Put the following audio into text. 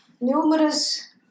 numerous